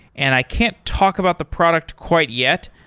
and i can't talk about the product quite yet,